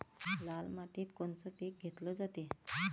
लाल मातीत कोनचं पीक घेतलं जाते?